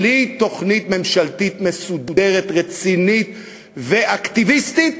בלי תוכנית ממשלתית מסודרת, רצינית ואקטיביסטית,